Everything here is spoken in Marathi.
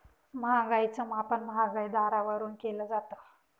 महागाईच मापन महागाई दरावरून केलं जातं